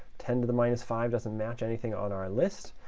ten to the minus five doesn't match anything on our list,